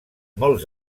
molts